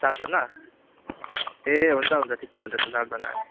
चारजना ए हुन्छ हुन्छ ठिकै हुन्छ त चारजना अनि